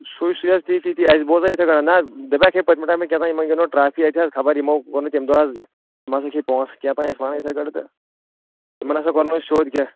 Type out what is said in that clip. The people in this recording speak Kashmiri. سُے سُے حظ تی تی تی اَسہِ بوزنٲوۍ یِتھَے کٔٹھۍ نہٕ حظ دپیوکھ ہے پٔتۍمہِ ٹایمہٕ کیٛاہ تھام یِمَن گِنٛدو ٹرٛافی اَتہِ حظ خبر یِمو ووٚن نہٕ تَمہِ دۄہ حظ یِمو ہَسا کھے پونٛسہٕ کیٛاہ تام ٲسۍ وَنان یِتھَے کٔتھۍ تہٕ تِمَن ہَسا کَرنوو اَسہِ سیوٚد کیٛاہ